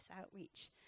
outreach